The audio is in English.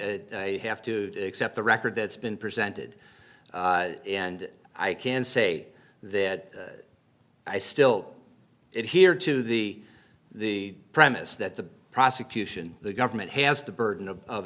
have to accept the record that's been presented and i can say that i still get here to the the premise that the prosecution the government has the burden of of